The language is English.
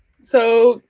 so,